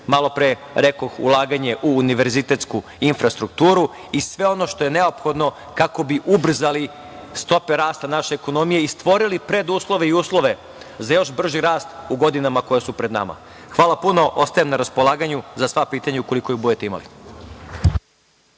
malo pre rekoh, ulaganje u univerzitetsku infrastrukturu i sve ono što je neophodno kako bi ubrzali stope rasta naše ekonomije i stvorili preduslove i uslove za još brži rast u godinama koje su pred nama. Hvala puno. Ostajem na raspolaganju za sva pitanja, ukoliko ih budete imali.